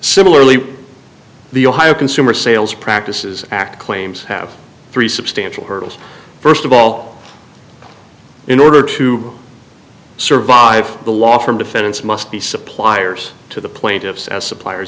similarly the ohio consumer sales practices act claims have three substantial hurdles first of all in order to survive the law from defendants must be suppliers to the plaintiffs as suppliers